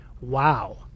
Wow